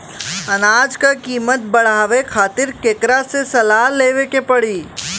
अनाज क कीमत बढ़ावे खातिर केकरा से सलाह लेवे के पड़ी?